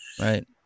right